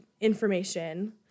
information